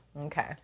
Okay